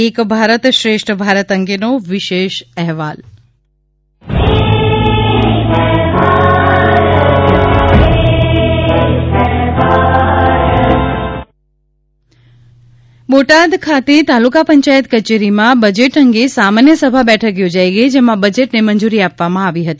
એક ભારત શ્રેષ્ઠ ભારત અંગેનો વિશેષ અહેવાલ બોટાદ ખાતે તાલુકા પયાયત કેચેરીમાં બજેટ અગે સામાન્ય સભા બેઠક યોજાઈ ગઈ જેમાં બજેટને મંજૂરી આપવામાં આવી હતી